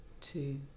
two